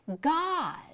God